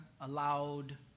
allowed